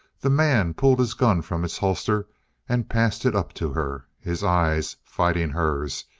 the man pulled his gun from its holster and passed it up to her, his eyes fighting hers,